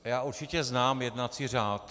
Já určitě znám jednací řád.